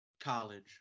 college